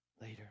later